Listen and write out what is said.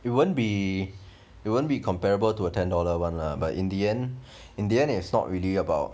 it won't be it won't be comparable to a ten dollar [one] lah but in the end in the end it's not really about